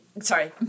Sorry